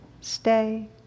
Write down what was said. stay